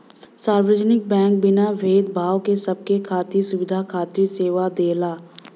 सार्वजनिक बैंक बिना भेद भाव क सबके खातिर सुविधा खातिर सेवा देला